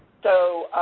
so,